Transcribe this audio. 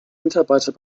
mitarbeiter